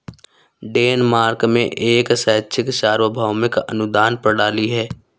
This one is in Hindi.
डेनमार्क में एक शैक्षिक सार्वभौमिक अनुदान प्रणाली है